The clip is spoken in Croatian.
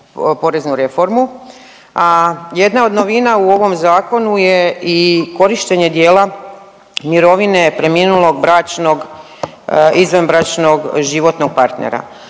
a jedna od novina u ovom zakonu je i korištenje dijela mirovine preminulog bračnog i izvanbračnog životnog partnera.